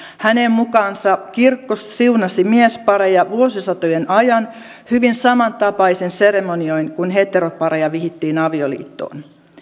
hänen mukaansa kirkko siunasi miespareja vuosisatojen ajan hyvin samantapaisin seremonioin kuin heteropareja vihittiin avioliittoon